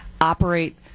operate